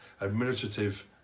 administrative